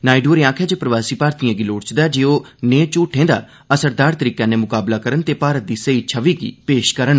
नायडु होरें आखेआ जे प्रवासी भारतीयें गी लोड़चदा ऐ जे ओह नेय झूठे दा असरदार ढंग्गे'नै मुकाबला करन ते भारत दी सेई छवि गी पेश करन